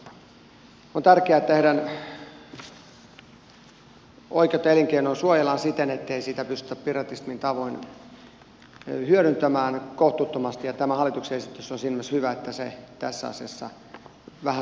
on tärkeää että heidän oikeuttaan elinkeinoon suojellaan siten ettei sitä pystytä piratismin tavoin hyödyntämään kohtuuttomasti ja tämä hallituksen esitys on siinä mielessä hyvä että se tässä asiassa vähän suitsee tällaista piratismia